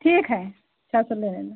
ठीक है छः सौ ले लेना